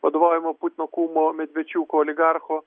vadovaujamą putino kumo medvečiuko oligarcho